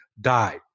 died